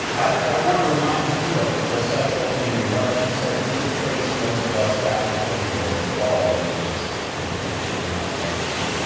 i wanna remind you, too, of lissette's opening remarks. she said you can trace most of us back to immigrants, we're all immigrants in in our own way.